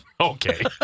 Okay